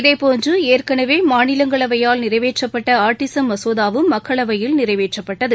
இதேபோன்று ஏற்கனவே மாநிலங்களவையால் நிறைவேற்றப்பட்ட ஆட்டிஸம் மசோதாவும் மக்களவையில் நிறைவேற்றப்பட்டது